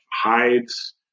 hides